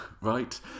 right